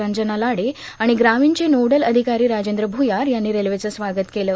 रंजना लाडे आर्गिण ग्रामीणचे नोडल अर्धिकारो राजद्र भ्र्यार यांनी रेल्वेचं स्वागत केलं